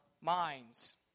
minds